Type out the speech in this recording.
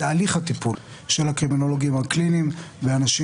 בתהליך הטיפול של הקרימינולוגים הקליניים והאנשים